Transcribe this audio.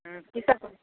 हँ की सब करैत छियै